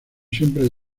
siempre